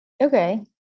Okay